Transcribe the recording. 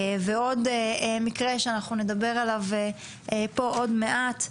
ישנו עוד מקרה שעליו נדבר עוד מעט.